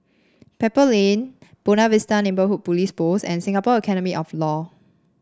Pebble Lane Buona Vista Neighbourhood Police Post and Singapore Academy of Law